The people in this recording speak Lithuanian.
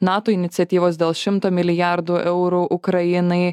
nato iniciatyvos dėl šimto milijardų eurų ukrainai